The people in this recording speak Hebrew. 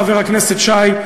חבר הכנסת שי,